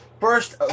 first